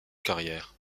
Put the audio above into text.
carrière